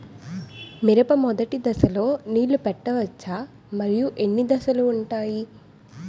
మిరప మొదటి దశలో నీళ్ళని పెట్టవచ్చా? మరియు ఎన్ని దశలు ఉంటాయి?